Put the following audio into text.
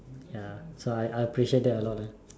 ya so I appreciate that a lot lah